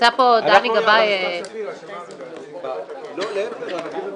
התבקשנו להשתתף בעלויות